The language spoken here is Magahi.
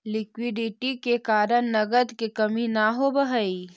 लिक्विडिटी के कारण नगद के कमी न होवऽ हई